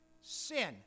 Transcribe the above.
sin